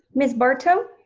ms. barto?